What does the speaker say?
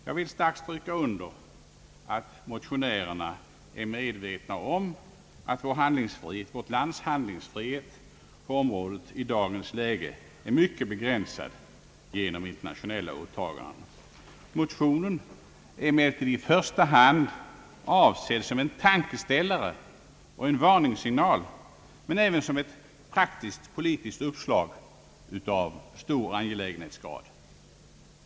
Jag vill starkt stryka under att motionärerna är medvetna om att vårt lands handlingsfrihet på området i dagens läge är mycket begränsat till följd av våra internationella åtaganden. Motionen är emellertid i första hand avsedd som en tankeställare och en varningssignal men även som ett praktiskt politiskt uppslag av stor angelägenhetsgrad.